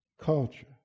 culture